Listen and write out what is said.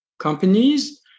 companies